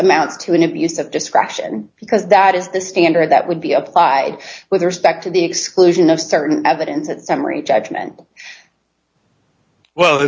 amounts to an abuse of discretion because that is the standard that would be applied with respect to the exclusion of certain evidence and summary judgment well